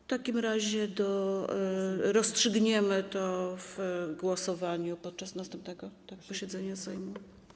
W takim razie rozstrzygniemy to w głosowaniu podczas następnego posiedzenia Sejmu.